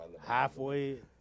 Halfway